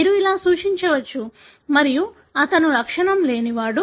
మీరు ఇలా సూచించవచ్చు మరియు అతను లక్షణం లేనివాడు